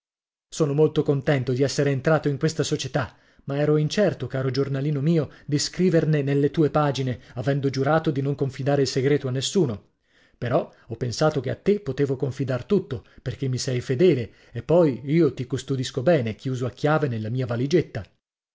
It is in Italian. sono molto contento di essere entrato in questa società ma ero incerto caro giornalino mio di scriverne nelle tue pagine avendo giurato di non confidare il segreto a nessuno però ho pensato che a te potevo confidar tutto perché mi sei fedele e poi io ti custodisco bene chiuso a chiave nella mia valigetta